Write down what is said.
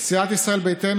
סיעת ישראל ביתנו,